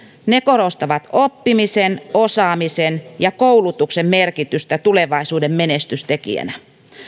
ne korostavat oppimisen osaamisen ja koulutuksen merkitystä tulevaisuuden menestystekijänä